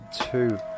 two